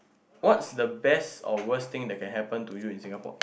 what's the best or worst thing that can happen to you in Singapore